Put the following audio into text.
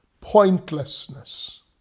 pointlessness